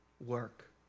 work